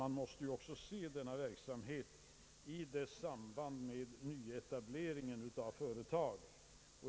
Man måste också se denna verksamhet i dess samband med nyetableringen av företag.